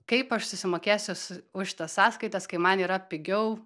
kaip aš susimokėsiu už tas sąskaitas kai man yra pigiau